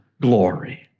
glory